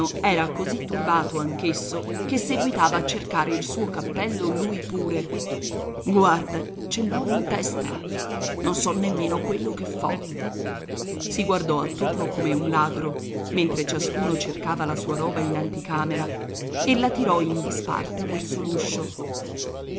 era così turbato anch'esso che seguitava a cercare il suo cappello lui pure guarda ce l'ho in testa non so nemmeno quello che fo si guardò attorno come un ladro mentre ciascuno cercava la sua roba in anticamera e la tirò in disparte verso